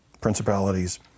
principalities